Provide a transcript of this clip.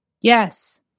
Yes